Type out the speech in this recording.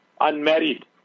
Unmarried